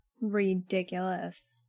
Ridiculous